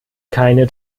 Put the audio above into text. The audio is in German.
keine